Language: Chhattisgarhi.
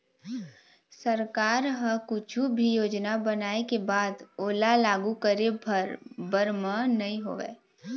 सरकार ह कुछु भी योजना बनाय के बाद ओला लागू करे भर बर म नइ होवय